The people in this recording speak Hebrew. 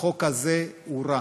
החוק הזה הוא רע.